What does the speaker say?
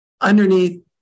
underneath